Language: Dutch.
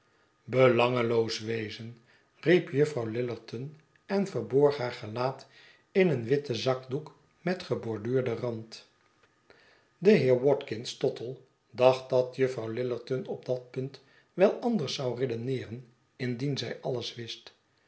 belangeloos wezenl riep juffrouw lillerton en verborg haar gelaat in een witten zakdoek met geborduurden rand de heer watkins tottle dacht dat juffrouw lillerton op dat punt wel anders zou redeneeren indien zij alles wist